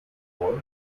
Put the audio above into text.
door